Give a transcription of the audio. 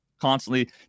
constantly